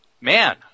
man